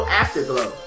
afterglow